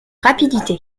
rapidité